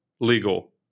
legal